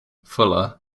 fuller